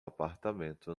apartamento